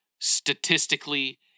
statistically